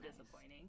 disappointing